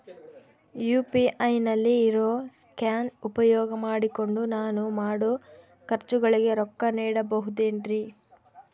UPI ನಲ್ಲಿ ಇರೋ scan ಉಪಯೋಗ ಮಾಡಿಕೊಂಡು ನಾನು ಮಾಡೋ ಖರ್ಚುಗಳಿಗೆ ರೊಕ್ಕ ನೇಡಬಹುದೇನ್ರಿ?